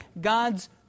God's